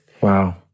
Wow